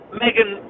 megan